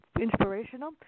inspirational